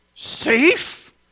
Safe